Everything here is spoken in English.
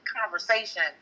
conversation